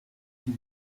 进攻